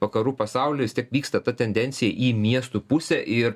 vakarų pasaulis tik vyksta ta tendencija į miesto pusę ir